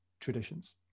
traditions